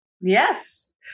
Yes